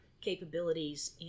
capabilities